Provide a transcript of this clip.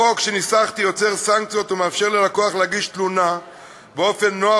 החוק שניסחתי יוצר סנקציות ומאפשר ללקוח להגיש תלונה באופן נוח,